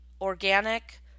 organic